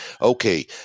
okay